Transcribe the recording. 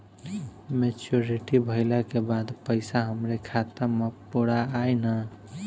Maturity भईला के बाद पईसा हमरे खाता म पूरा आई न?